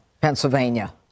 pennsylvania